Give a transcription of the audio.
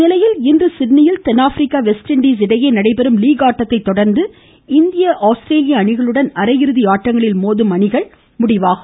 இந்நிலையில் இன்று சிட்னியில் தென்னாப்பிரிக்கா வெஸ்ட் இண்டீஸ் இடையே நடைபெறும் லீக் ஆட்டத்தை தொடா்ந்து இந்தியா ஆஸ்திரேலிய அணிகளுடன் அரையிறுதி ஆட்டங்களில் மோதும் அணிகள் முடிவாகும்